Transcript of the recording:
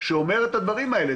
שאומר את הדברים האלה.